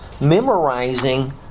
Memorizing